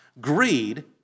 Greed